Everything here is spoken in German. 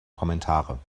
kommentare